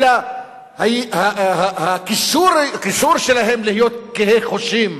אלא הכישור שלהם להיות קהה חושים,